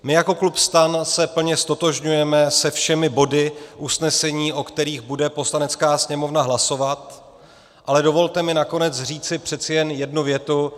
My jako klub STAN se plně ztotožňujeme se všemi body usnesení, o kterých bude Poslanecká sněmovna hlasovat, ale dovolte mi nakonec říci přece jen jednu větu.